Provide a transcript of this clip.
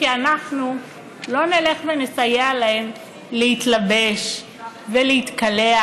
כי אנחנו לא נלך ונסייע להם להתלבש ולהתקלח,